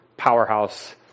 powerhouse